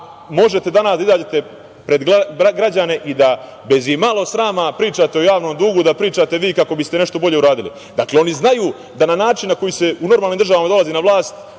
možete danas da izađete pred građane i da bez i malo srama, a pričate javnom dugu, pričate vi kako biste nešto bolje uradili. Dakle, oni znaju da na način na koji se u normalnim državama dolazi na vlast